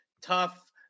tough